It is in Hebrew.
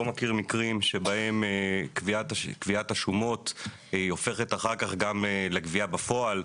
מכיר מקרים שבהם קביעת השומות הופכת אחר כך גם לגבייה בפועל.